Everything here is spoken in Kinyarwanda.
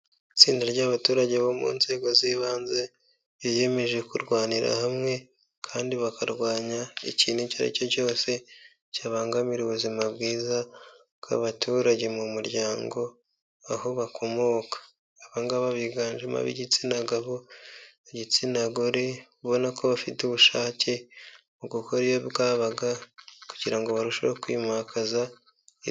Itsinda ry'abaturage bo mu nzego z'ibanze biyemeje kurwanira hamwe kandi bakarwanya ikintu icyo ari cyo cyose cyabangamira ubuzima bwiza bw'abaturage mu muryango aho bakomoka. Abangaba biganjemo igitsina gabo, igitsina gore ubona ko bafite ubushake mu gukora iyo bwabaga kugira ngo barusheho kwimakaza.